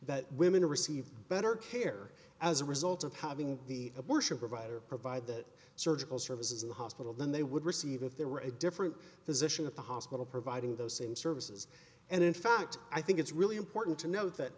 that women receive better care as a result of having the abortion provider provide that surgical services in the hospital than they would receive if there were a different position of the hospital providing those same services and in fact i think it's really important to note that